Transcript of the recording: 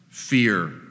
Fear